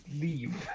leave